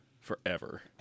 forever